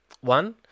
One